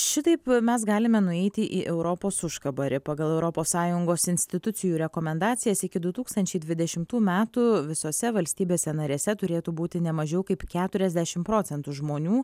šitaip mes galime nueiti į europos užkabarį pagal europos sąjungos institucijų rekomendacijas iki du tūkstančiai dvidešimtų metų visose valstybėse narėse turėtų būti nemažiau kaip keturiasdešim procentų žmonių